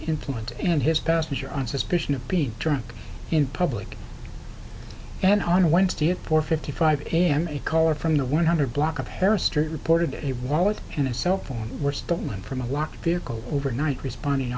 influence and his passenger on suspicion of being drunk in public and on wednesday at four fifty five am a caller from the one hundred block of harris street reported a wallet in a cellphone were stockmen from a walk vehicle overnight responding